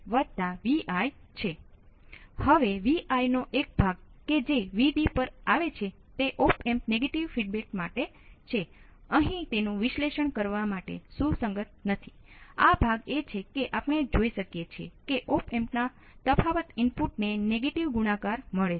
આ ચિત્રમાં અને મોટાભાગના ઓપ એમ્પ ની સંદર્ભમાં જોડેલ છે